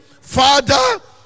Father